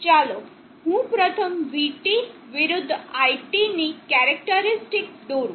ચાલો હું પ્રથમ vT વિરુદ્ધ iT ની કેરેકટરીસ્ટીક દોરુ